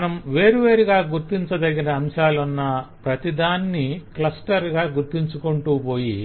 మనం వెర్వేరుగా గుర్తించదగిన అంశాలున్న ప్రతిదాన్ని క్లస్టర్ గా గుర్తించుకుంటూ పోయి